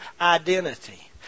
identity